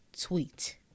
tweet